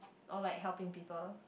or like helping people